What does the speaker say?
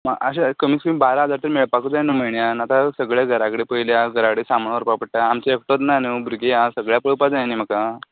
अशे कमीत कमी बारा हजाय तरी मेळपाकूच जाय न्हू म्हयन्याक आतां सगळे घरा कडेन पयल्या घरा कडेन सामान व्हरपाक पडटा हांव एकलोच ना न्हू भुरगीं हा सगळ्यांक पळोवपा पडटा न्हू म्हाका